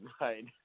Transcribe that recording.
right